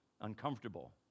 uncomfortable